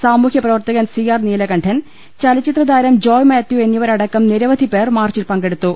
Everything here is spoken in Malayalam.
സാമൂഹ്യപ്രവർത്തകൻ സി ആർ നീലകണ്ഠൻ ചലച്ചിത്രതാരം ജോയ്മാത്യു എന്നിവരടക്കം നിരവധിപേർ മാർച്ചിൽ പങ്കെടുത്തു